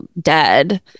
dead